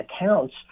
accounts